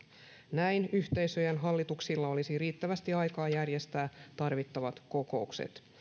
näin yhteisöjen hallituksilla olisi riittävästi aikaa järjestää tarvittavat kokoukset